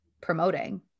promoting